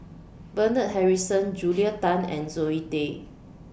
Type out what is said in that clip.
Bernard Harrison Julia Tan and Zoe Tay